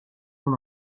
mon